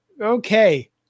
Okay